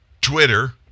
Twitter